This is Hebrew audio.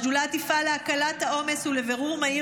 השדולה תפעל להקלת העומס ולבירור מהיר